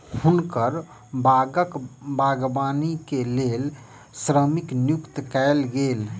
हुनकर बागक बागवानी के लेल श्रमिक नियुक्त कयल गेल